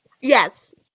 Yes